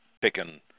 picking